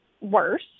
worse